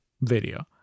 video